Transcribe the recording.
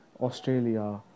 Australia